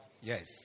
Yes